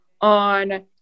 on